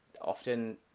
often